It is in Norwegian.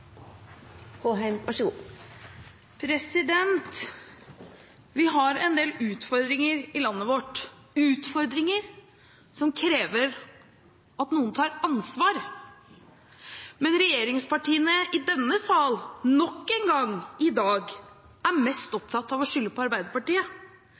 Vi har en del utfordringer i landet vårt, utfordringer som krever at noen tar ansvar, men regjeringspartiene i denne sal er nok en gang, i dag, mest